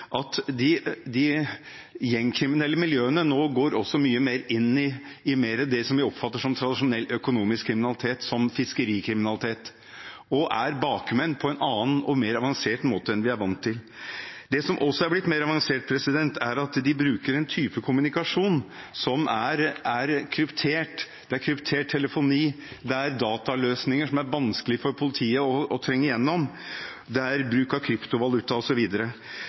at de gjengkriminelle miljøene nå går mye mer inn i det vi oppfatter som tradisjonell økonomisk kriminalitet, som fiskerikriminalitet, og er bakmenn på en annen og mer avansert måte enn vi er vant til. Det som også er blitt mer avansert, er at de bruker en type kommunikasjon som er kryptert. Det er kryptert telefoni. Det er dataløsninger som er vanskelige for politiet å trenge gjennom. Det er bruk av kryptovaluta,